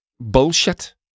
bullshit